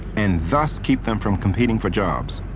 and thus keep them from competing for jobs.